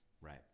right